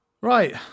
Right